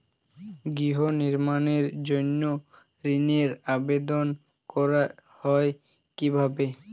গৃহ নির্মাণের জন্য ঋণের আবেদন করা হয় কিভাবে?